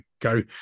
go